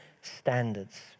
standards